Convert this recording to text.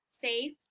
safe